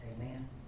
Amen